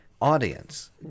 audience